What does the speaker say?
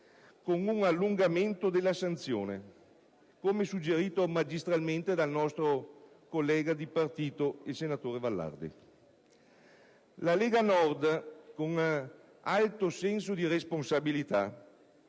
con un allungamento della sanzione, come suggerito magistralmente dal nostro collega di partito, senatore Vallardi. La lega Nord, con alto senso di responsabilità,